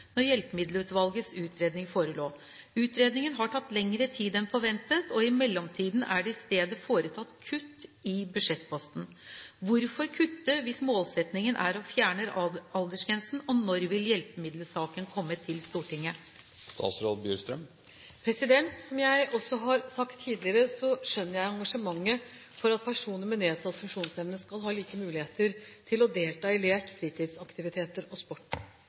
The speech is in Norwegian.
når Hjelpemiddelutvalgets utredning forelå. Utredningen har tatt lengre tid enn forventet, og i mellomtiden er det i stedet foretatt kutt i budsjettposten. Hvorfor kutte hvis målsettingen er å fjerne aldersgrensen, og når vil hjelpemiddelsaken komme til Stortinget?» Som jeg også har sagt tidligere, så skjønner jeg engasjementet for at personer med nedsatt funksjonsevne skal ha like muligheter til å delta i lek, fritidsaktiviteter og sport.